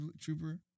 Trooper